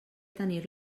tenir